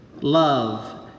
love